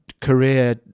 career